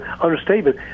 understatement